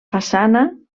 façana